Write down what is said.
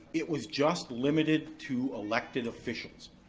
it was just limited to elected officials.